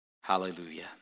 Hallelujah